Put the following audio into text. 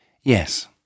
yes